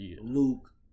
Luke